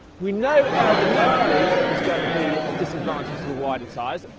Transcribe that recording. we know aerodynamically that there's gonna be disadvantage to the wider tyres.